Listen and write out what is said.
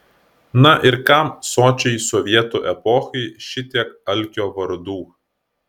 na ir kam sočiai sovietų epochai šitiek alkio vardų